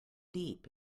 deep